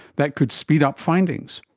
that could speed up findings,